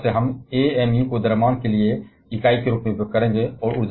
इसलिए अब से हम बड़े पैमाने पर इकाई के रूप में amu का उपयोग करेंगे